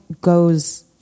goes